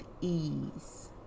ease